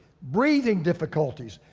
breathing difficulties,